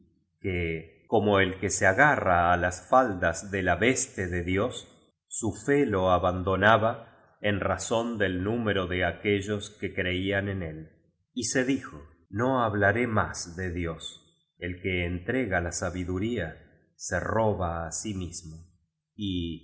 como el que se agarra á las faldas de la veste de dios su fe lo abandonaba en razón del número de aquellos que creian en él y se dijo no hablaré más de dios el que entrega la sabiduría se roba á sí mismo y